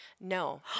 No